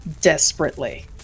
desperately